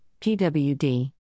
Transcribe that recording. pwd